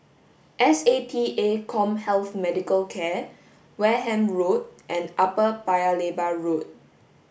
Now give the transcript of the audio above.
S A T A CommHealth Medical Wareham Road and Upper Paya Lebar Road